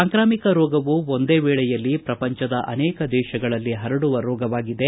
ಸಾಂಕ್ರಾಮಿಕ ರೋಗವು ಒಂದೇ ವೇಳೆಯಲ್ಲಿ ಪ್ರಪಂಚದ ಅನೇಕ ದೇತಗಳಲ್ಲಿ ಹರಡುವ ರೋಗವಾಗಿದೆ